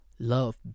love